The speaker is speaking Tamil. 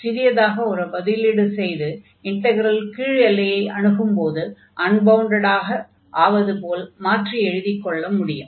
சிறியதாக ஒரு பதிலீடு செய்து இன்டக்ரல் கீழ் எல்லையை அணுகும்போது அன்பவுண்டடாக ஆவது போல் மாற்றி எழுதிக்கொள்ள முடியும்